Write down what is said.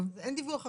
אין דיווח אחורנית.